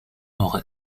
nord